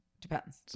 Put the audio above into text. Depends